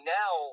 now